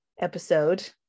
episode